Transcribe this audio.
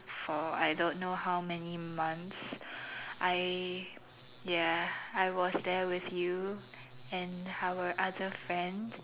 for I don't know how many months I ya I was there with you and our other friend